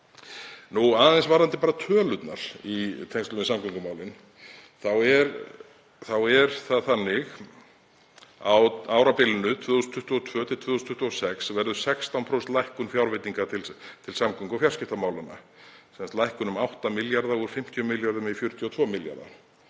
Aðeins varðandi tölurnar í tengslum við samgöngumálin þá er það þannig að á árabilinu 2022–2026 verður 16% lækkun fjárveitinga til samgöngu- og fjarskiptamála, sem sagt lækkun um 8 milljarða, úr 50 milljörðum í 42 milljarða.